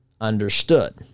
understood